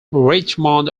richmond